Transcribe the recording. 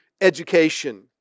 education